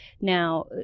Now